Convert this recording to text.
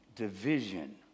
Division